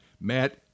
Matt